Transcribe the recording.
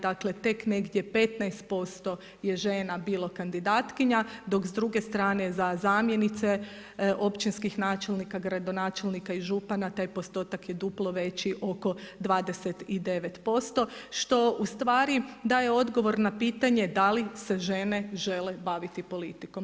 Dakle, tek negdje 15% je žena bilo kandidatkinja, dok s druge strane za zamjenice općinskih načelnika, gradonačelnika i župana taj postotak je duplo veći oko 29% što u stvari daje odgovor na pitanje da li se žene žele baviti politikom.